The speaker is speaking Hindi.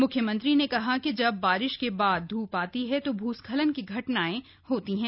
मुख्यमंत्री ने कहा कि जब बारिश के बाद धूप आती है तो भूस्खलन की घटनाएं होती हैं